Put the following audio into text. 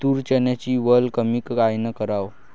तूर, चन्याची वल कमी कायनं कराव?